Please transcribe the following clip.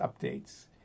Updates